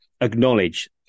acknowledge